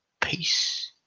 Peace